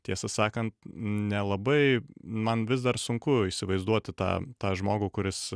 tiesą sakant nelabai man vis dar sunku įsivaizduoti tą tą žmogų kuris